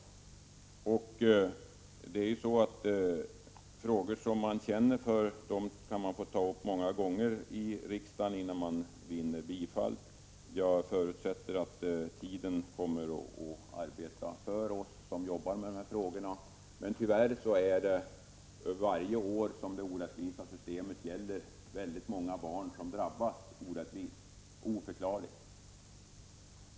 24 april 1986 Frågor som man känner för kan man få ta upp många gånger i riksdagen innan man vinner bifall. Jag förutsätter att tiden kommer att arbeta för oss som jobbar med de här frågorna, men varje år som det nuvarande systemet gäller är det tyvärr väldigt många barn som drabbas, orättvist och oförklarligt.